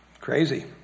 Crazy